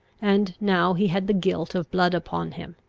and now he had the guilt of blood upon him.